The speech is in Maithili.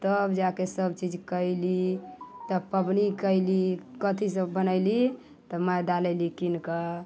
तब जाके सब चीज कयली तब पबनी कयली कथी सब बनैली तऽ मैदा लयली कीनके